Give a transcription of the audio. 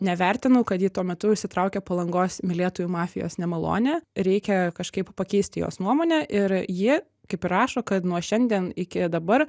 nevertinau kad ji tuo metu užsitraukė palangos mylėtojų mafijos nemalonę reikia kažkaip pakeisti jos nuomonę ir ji kaip ir rašo kad nuo šiandien iki dabar